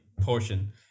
portion